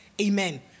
Amen